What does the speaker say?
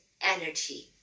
energy